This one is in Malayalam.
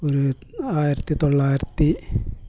ഒരു ആയിരത്തിത്തൊള്ളായിരത്തി